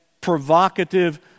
provocative